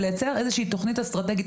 ולייצר איזושהי תוכנית אסטרטגית.